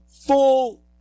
full